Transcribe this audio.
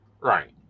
Right